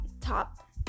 top